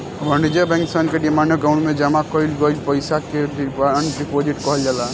वाणिज्य बैंक सन के डिमांड अकाउंट में जामा कईल गईल पईसा के डिमांड डिपॉजिट कहल जाला